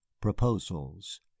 proposals